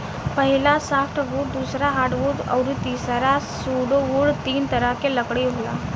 पहिला सॉफ्टवुड दूसरा हार्डवुड अउरी तीसरा सुडोवूड तीन तरह के लकड़ी होला